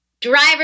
driver